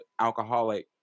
alcoholic